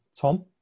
Tom